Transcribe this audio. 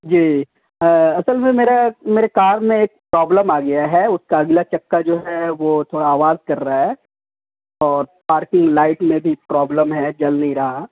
جی اصل وہ میرا میرے کار میں ایک پروبلم آ گیا ہے اس کا اگلا چکا جو ہے وہ تھوڑا آواز کر رہا ہے اور پارکنگ لائٹ میں بھی پروبلم ہے جل نہیں رہا